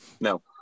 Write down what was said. No